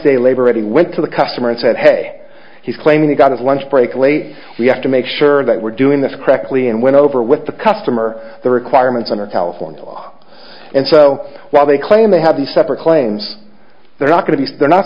day labor ready went to the customer and said hey he's claiming he got his lunch break late we have to make sure that we're doing this correctly and went over with the customer the requirements under california law and so while they claim they have the separate claims they're not going to they're not